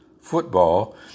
football